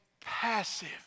passive